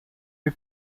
wir